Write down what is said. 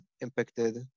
impacted